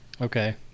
Okay